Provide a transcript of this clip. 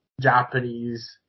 Japanese